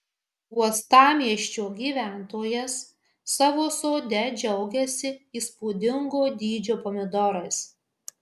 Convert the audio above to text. uostamiesčio gyventojas savo sode džiaugiasi įspūdingo dydžio pomidorais